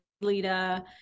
Lita